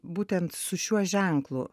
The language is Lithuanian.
būtent su šiuo ženklu